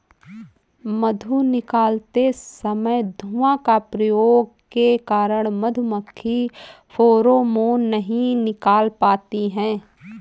मधु निकालते समय धुआं का प्रयोग के कारण मधुमक्खी फेरोमोन नहीं निकाल पाती हैं